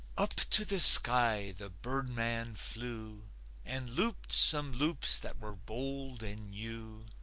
up to the sky the birdman flew and looped some loops that were bold and new.